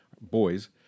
boys